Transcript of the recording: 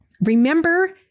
Remember